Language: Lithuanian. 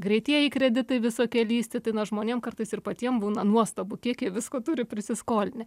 greitieji kreditai visokie lįsti tai na žmonėm kartais ir patiem būna nuostabu kiek jie visko turi prisiskolinę